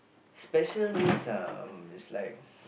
special means um it's like